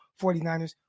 49ers